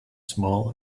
small